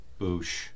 Boosh